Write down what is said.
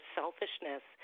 selfishness